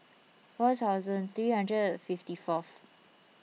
four thousand three hundred and fifty fourth